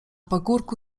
pagórku